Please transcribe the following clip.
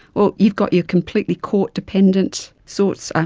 well, you've got your completely court dependent sorts,